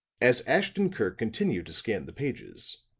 as ashton-kirk continued to scan the pages,